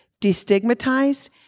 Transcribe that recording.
destigmatized